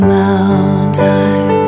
mountain